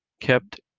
kept